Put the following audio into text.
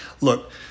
look